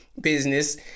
business